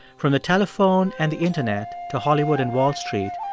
from the telephone and the internet to hollywood and wall street,